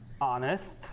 honest